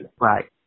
Right